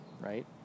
right